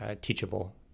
teachable